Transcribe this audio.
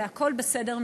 אלא הכול בסדר,